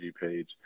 page